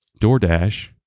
DoorDash